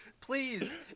please